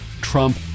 Trump